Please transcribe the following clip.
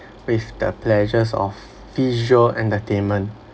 with the pleasures of visual entertainment